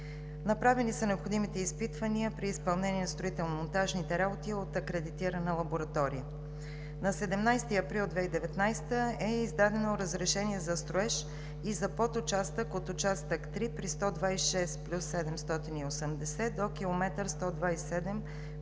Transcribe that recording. Направени са необходимите изпитвания при изпълнение на строително-монтажните работи от акредитирана лаборатория. На 17 април 2019 г. е издадено разрешение за строеж и за подучастък от участък 3 при км 126+780 до км 127+075